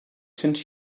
cents